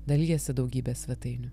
dalijasi daugybė svetainių